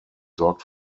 sorgt